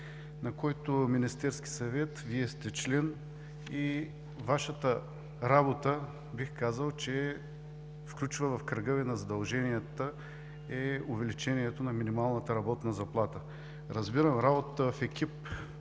на който Министерски съвет Вие сте член и Вашата работа включва в кръга на задълженията Ви увеличението на минималната работна заплата. Разбирам, работата в екип